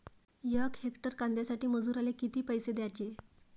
यक हेक्टर कांद्यासाठी मजूराले किती पैसे द्याचे?